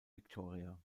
victoria